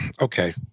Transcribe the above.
okay